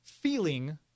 feeling